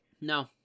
No